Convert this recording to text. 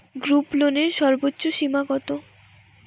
গ্রুপলোনের সর্বোচ্চ সীমা কত?